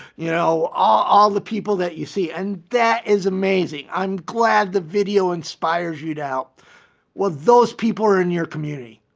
you know, all ah the people that you see and that is amazing. i'm glad the video inspires you to help. well those people are in your community.